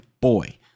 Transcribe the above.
boy